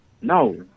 No